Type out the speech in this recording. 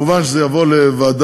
מובן שזה יבוא לוועדה,